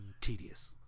tedious